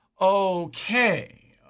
Okay